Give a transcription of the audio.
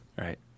right